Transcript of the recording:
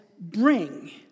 bring